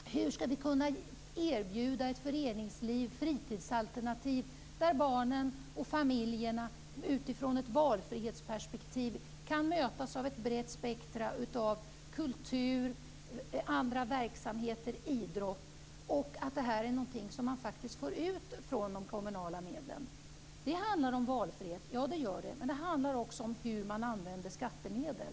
De undrar hur vi skall kunna erbjuda ett föreningsliv och fritidsalternativ där barnen och familjerna utifrån ett valfrihetsperspektiv kan mötas av ett brett spektrum av kultur, idrott och andra verksamheter. Det är någonting som man faktiskt får ut av de kommunala medlen. Det handlar om valfrihet. Ja, det gör det. Men det handlar också om hur man använder skattemedel.